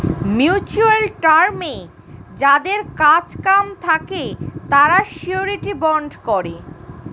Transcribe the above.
mutual টার্মে যাদের কাজ কাম থাকে তারা শিউরিটি বন্ড করে